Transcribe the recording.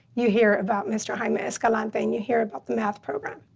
you hear about mr. jaime escalante, and you hear about the math program.